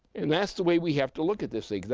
and that's the way we have to look at this thing.